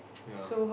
ya